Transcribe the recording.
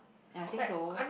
I think so